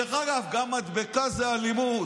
דרך אגב, גם מדבקה זה אלימות.